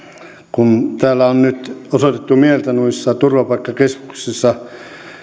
kun täällä on nyt osoitettu mieltä noissa turvapaikkakeskuksissa